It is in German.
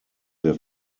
der